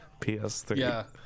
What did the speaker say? PS3